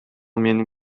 менин